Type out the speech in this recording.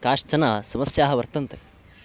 काश्चन समस्याः वर्तन्ते